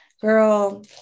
girl